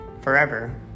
forever